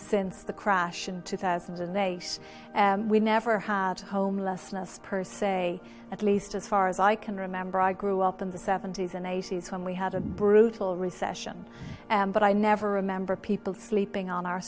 since the crash in two thousand and eight we never had homelessness per se at least as far as i can remember i grew up in the seventy's and eighty's when we had a brutal recession but i never remember people sleeping on our